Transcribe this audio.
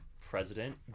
President